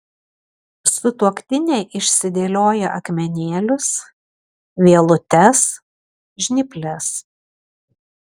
sutuoktinė išsidėlioja akmenėlius vielutes žnyples